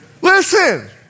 Listen